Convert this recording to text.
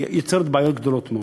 היא יוצרת בעיות גדולות מאוד.